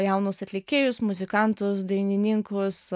jaunus atlikėjus muzikantus dainininkus